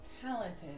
talented